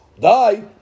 die